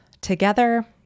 together